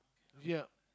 ya